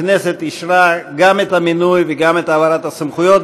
הכנסת אישרה גם את המינוי וגם את העברת הסמכויות.